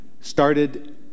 started